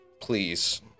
please